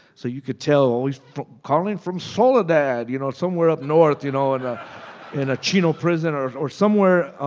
so you could tell, oh, he's calling from soledad, you know, somewhere up north, you know, and in a chino prison or or somewhere.